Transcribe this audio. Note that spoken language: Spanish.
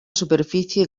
superficie